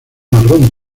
marrón